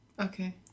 Okay